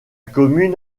commune